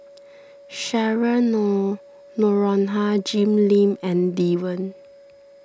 Cheryl nor Noronha Jim Lim and Lee Wen